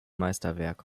meisterwerk